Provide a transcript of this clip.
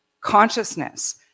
Consciousness